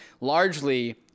largely